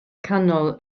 canol